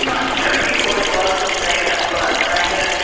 you know i'm sure people would love to say that's what i'm saying, but